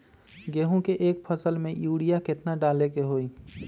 गेंहू के एक फसल में यूरिया केतना डाले के होई?